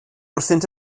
wrthynt